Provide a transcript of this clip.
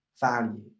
value